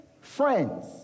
friends